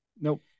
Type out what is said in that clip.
Nope